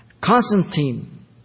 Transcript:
Constantine